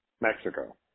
Mexico